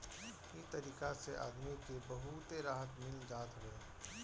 इ तरीका से आदमी के बहुते राहत मिल जात हवे